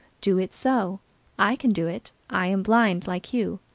do it so i can do it i am blind like you